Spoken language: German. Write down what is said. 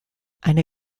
eine